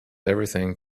everything